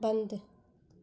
बंदि